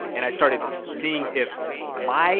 and i started seeing if my